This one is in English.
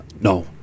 no